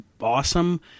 Awesome